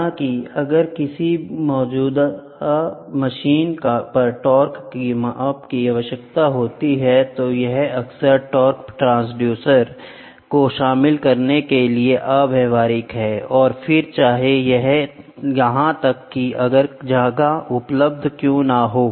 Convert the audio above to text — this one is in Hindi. हालांकि अगर किसी मौजूदा मशीन पर टार्क के माप की आवश्यकता होती है तो यह अक्सर टार्क ट्रांसड्यूसर को शामिल करने के लिए अव्यावहारिक है और फिर चाहे यहां तक कि अगर जगह उपलब्ध क्यों ना हो